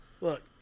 Look